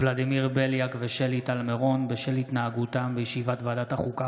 ולדימיר בליאק ושלי טל מירון בשל התנהגותם בישיבת ועדת החוקה,